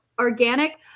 organic